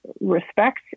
respect